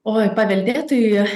oi paveldėtoji